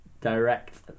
direct